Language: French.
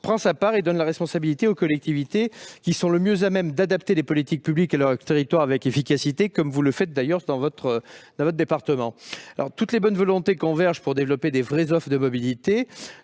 prend sa part tout en donnant cette responsabilité aux collectivités, qui sont les mieux à même d'adapter efficacement les politiques publiques à leur territoire, comme vous le faites d'ailleurs dans votre département. Toutes les bonnes volontés convergent pour développer de vraies offres de mobilité